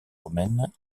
romaine